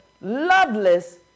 loveless